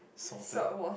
salted